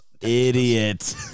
Idiot